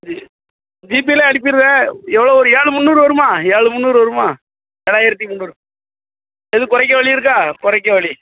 இது டீடெய்ல்லாக அனுப்பிவிட்றேன் எவ்வளோ ஒரு ஏழு முந்நூறு வருமா ஏழு முந்நூறு வருமா தொள்ளாயிரத்தி முந்நூறு எதுவும் குறைக்க வலி இருக்கா குறைக்க வலி